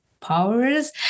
powers